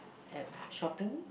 at shopping